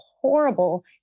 horrible